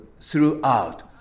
throughout